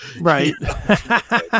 Right